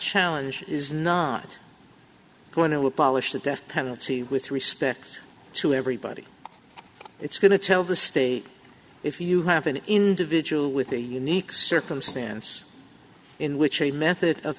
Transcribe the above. challenge is not going to abolish the death penalty with respect to everybody it's going to tell the state if you have an individual with a unique circumstance in which a method of